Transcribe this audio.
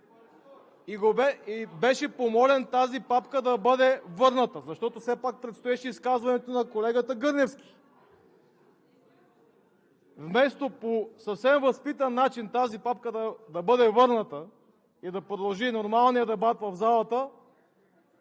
Манев и помолен папката да бъде върната, защото все пак предстоеше изказването на колегата Гърневски. Вместо по съвсем възпитан начин тази папка да бъде върната и да продължи нормалният дебат в залата,